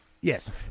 yes